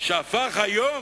שהיום